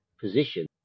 position